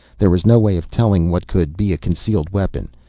there is no way of telling what could be a concealed weapon.